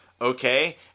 okay